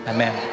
Amen